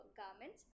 garments